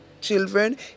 children